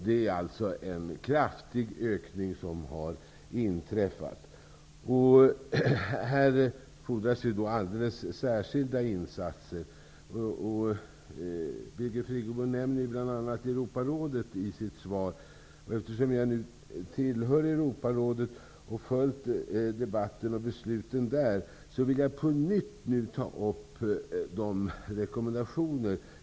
Det är alltså en kraftig ökning som har inträffat, och det fordras därför alldeles särskilda insatser. Birgit Friggebo nämner i sitt svar bl.a. Europarådet. Eftersom jag tillhör Europarådet och har följt debatten och besluten där, vill jag på nytt ta upp Europarådets rekommendationer.